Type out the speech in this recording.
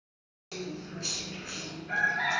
चार मासेमारी नौका समुद्रात हरवल्या आहेत